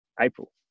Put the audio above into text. April